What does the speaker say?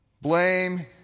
Blame